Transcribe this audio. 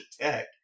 Tech